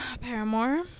paramore